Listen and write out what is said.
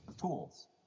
tools